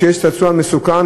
כשיש צעצוע מסוכן,